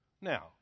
Now